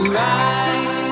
right